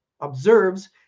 observes